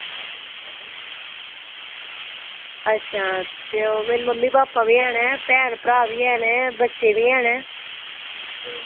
अच्छा ते ओह् मेरी मम्मी पापा बी हैन ना भैन भ्रा बी हैन बच्चे बी हैन ना